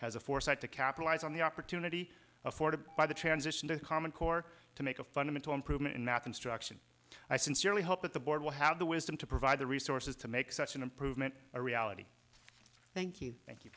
has the foresight to capitalize on the opportunity afforded by the transition to common core to make a fundamental improvement in math instruction i sincerely hope that the board will have the wisdom to provide the resources to make such an improvement a reality thank you thank you